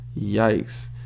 Yikes